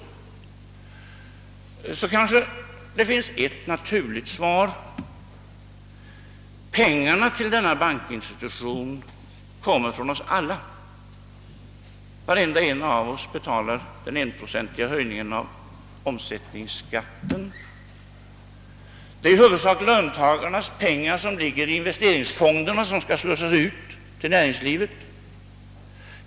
Ett naturligt svar på den frågan är att de pengar, som skall tillföras denna bankinstitution, kommer från oss alla; varenda en av oss betalar den enprocentiga höjningen av omsättningsskatten, och det är huvudsakligen löntagarnas pengar som ligger i inwvesteringsfonderna och som nu skall slussas ut till näringslivet.